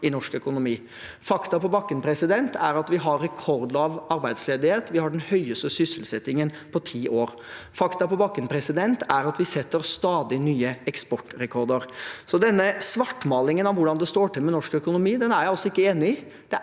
i norsk økonomi. Fakta på bakken er at vi har rekordlav arbeidsledighet, og vi har den høyeste sysselsettingen på ti år. Fakta på bakken er at vi setter stadig nye eksportrekorder. Denne svartmalingen av hvordan det står til med norsk økonomi, er jeg altså ikke enig i.